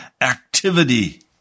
activity